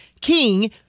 King